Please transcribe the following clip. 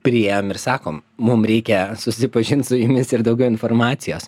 priėjom ir sakom mum reikia susipažint su jumis ir daugiau informacijos